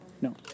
No